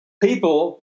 People